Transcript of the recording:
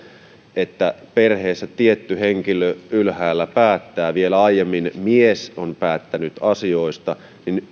että perheessä tietty henkilö ylhäällä päättää vielä aiemmin mies on päättänyt asioista niin